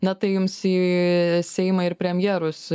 na tai jums į seimą ir premjerus